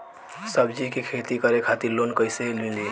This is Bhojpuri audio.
सब्जी के खेती करे खातिर लोन कइसे मिली?